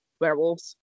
werewolves